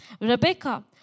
Rebecca